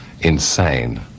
insane